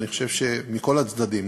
ואני חושב שמכל הצדדים,